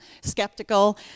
Skeptical